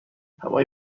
هوای